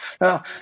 Now